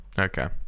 okay